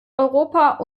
europa